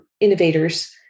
innovators